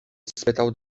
spytał